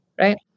right